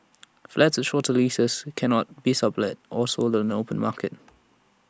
flats with shorter leases cannot be sublet or sold on the no open market